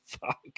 Fuck